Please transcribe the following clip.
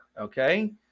okay